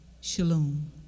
Shalom